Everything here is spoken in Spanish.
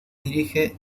dirige